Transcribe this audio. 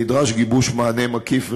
נדרש גיבוש מענה מקיף ורציני,